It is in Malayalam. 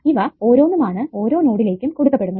ഇവ ഓരോന്നുമാണ് ഓരോ നോഡിലേക്കും കൊടുക്കപ്പെടുന്നത്